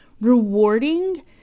rewarding